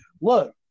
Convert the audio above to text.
look